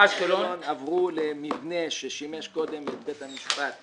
אשקלון עברו למבנה ששימש קודם את בית המשפט,